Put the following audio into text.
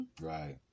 Right